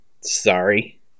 Sorry